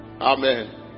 Amen